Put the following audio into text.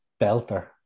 belter